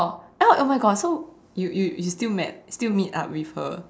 ah oh my God so you you you still met still meet up with her